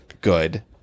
good